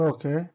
Okay